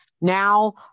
now